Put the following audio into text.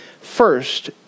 first